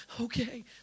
Okay